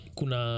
kuna